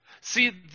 See